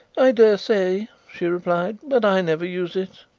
i dare say, she replied, but i never use it.